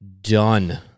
done